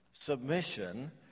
submission